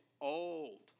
old